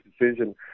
decision